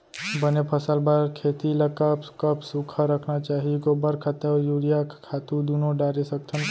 बने फसल बर खेती ल कब कब सूखा रखना चाही, गोबर खत्ता और यूरिया खातू दूनो डारे सकथन का?